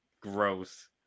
gross